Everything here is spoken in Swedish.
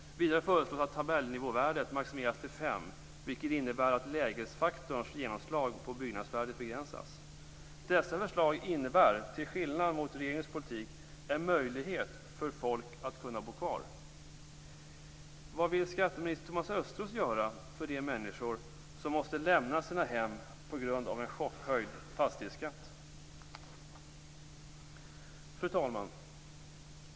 Vidare föreslås att tabellnivåvärdet maximeras till 5, vilket innebär att lägesfaktorns genomslag på byggnadsvärdet begränsas. Dessa förslag innebär, till skillnad från regeringens politik, en möjlighet för folk att bo kvar. Vad vill skatteminister Thomas Östros göra för de människor som måste lämna sina hem på grund av en chockhöjd fastighetsskatt? Fru talman!